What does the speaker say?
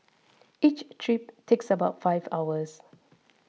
each trip takes about five hours